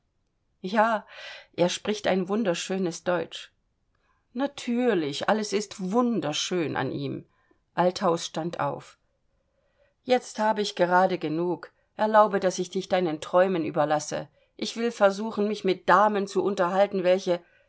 ja er spricht ein wunderschönes deutsch natürlich alles ist wunderschön an ihm althaus stand auf jetzt habe ich gerade genug erlaube daß ich dich deinen träumen überlasse ich will versuchen mich mit damen zu unterhalten welche